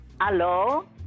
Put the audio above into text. Hello